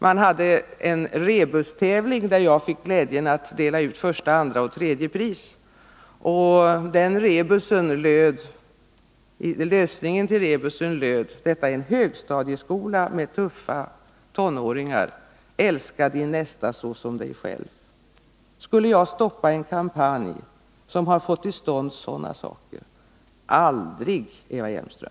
Man hade en rebustävling, där jag fick glädjen att dela ut första, andra och tredje pris. Detta var en högstadieskola med tuffa tonåringar, men lösningen på rebusen blev: Älska din nästa såsom dig själv! Skulle jag stoppa en kampanj som fått till stånd sådana saker? Aldrig, Eva Hjelmström!